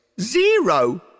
Zero